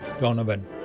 Donovan